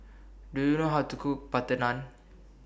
Do YOU know How to Cook Butter Naan